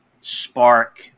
spark